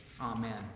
Amen